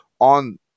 on